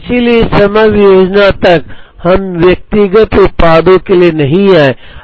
इसलिए इस समग्र योजना तक हम व्यक्तिगत उत्पादों के लिए नहीं आए